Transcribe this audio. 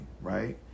right